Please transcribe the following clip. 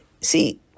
See